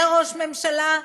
זה ראש הממשלה?